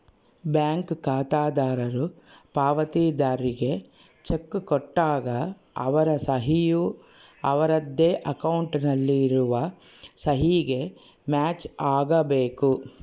bank ಖಾತೆದಾರರು ಪಾವತಿದಾರ್ರಿಗೆ cheque ಕೊಟ್ಟಾಗ ಅವರ ಸಹಿ ಯು ಅವರದ್ದೇ ಅಕೌಂಟ್ ನಲ್ಲಿ ಇರುವ ಸಹಿಗೆ ಮ್ಯಾಚ್ ಆಗಬೇಕು